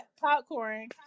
popcorn